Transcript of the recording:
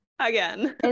again